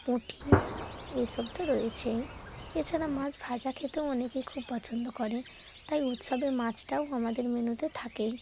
পুঁটি এ সব তো রয়েছেই এছাড়া মাছ ভাজা খেতেও অনেকে খুব পছন্দ করে তাই উৎসবে মাছটাও আমাদের মেনুতে থাকেই